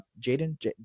Jaden